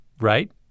Right